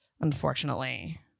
unfortunately